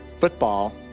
Football